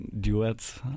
duets